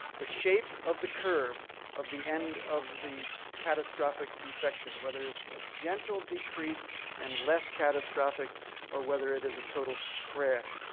the shape of the curve of the end of the catastrophic infection, whether it's a gentle decrease and less catastrophic or whether it is a total crash.